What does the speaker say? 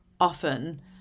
often